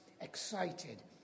excited